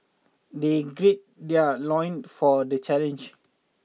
they gird their loin for the challenge